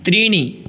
त्रीणि